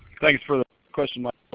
thanks for the question, michael.